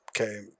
Okay